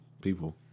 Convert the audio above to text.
people